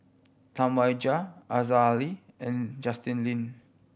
Tam Wai Jia Aziza Ali and Justin Lean